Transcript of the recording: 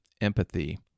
empathy